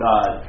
God